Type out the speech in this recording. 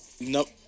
Nope